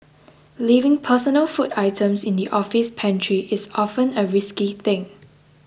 leaving personal food items in the office pantry is often a risky thing